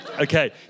Okay